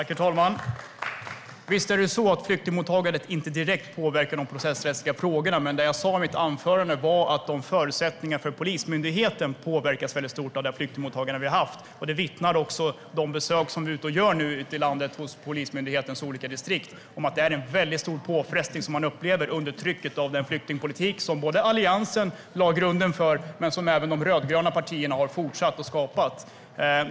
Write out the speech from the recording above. Herr talman! Visst är det så att flyktingmottagandet inte direkt påverkar de processrättsliga frågorna. Men det som jag sa i mitt anförande var att förutsättningarna för Polismyndigheten påverkas mycket av det flyktingmottagande som vi har haft. Vi gör nu besök ute i landet hos Polismyndighetens olika distrikt, och där vittnar man om att man upplever en väldigt stor påfrestning under trycket av den flyktingpolitik som Alliansen lade grunden för och som även de rödgröna partierna har fortsatt att föra.